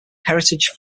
heritage